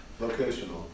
Locational